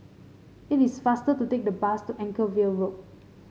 it is faster to take the bus to Anchorvale Road